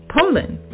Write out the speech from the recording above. Poland